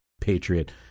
patriot